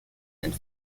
and